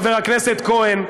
חבר הכנסת כהן,